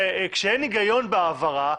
כשאין היגיון בהעברה,